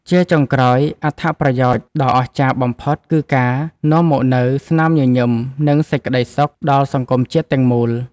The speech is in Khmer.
ជាចុងក្រោយ អត្ថប្រយោជន៍ដ៏អស្ចារ្យបំផុតគឺការនាំមកនូវ ស្នាមញញឹម និងសេចក្ដីសុខ ដល់សង្គមជាតិទាំងមូល។